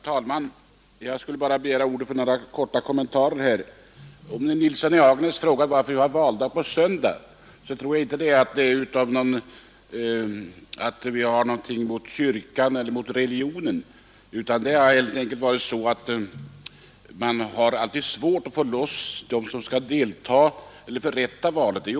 Herr talman! Jag har begärt ordet endast för att göra några korta kommentarer. Herr Nilsson i Agnäs frågar varför vi har valdag på en söndag, och jag tror inte det beror på att vi har något emot kyrkan eller religionen, utan det har helt enkelt varit så att man alltid har svårt att få loss dem som skall förrätta valet.